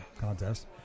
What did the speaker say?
contest